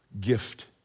gift